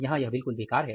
यहां यह बिल्कुल बेकार है